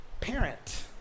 parent